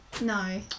No